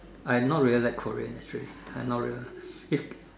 I not really like Korean actually I not really like if